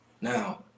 Now